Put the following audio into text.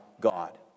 God